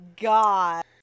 God